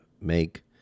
make